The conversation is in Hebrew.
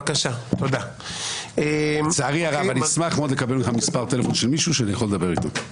אני אשמח מאוד לקבל ממך מספר טלפון של מישהו שאני יכול לדבר איתו.